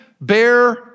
bear